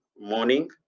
morning